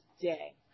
day